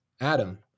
Adam